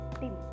team